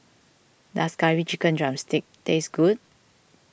does Curry Chicken Drumstick taste good